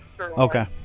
Okay